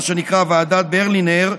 מה שנקרא ועדת ברלינר,